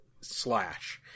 slash